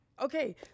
Okay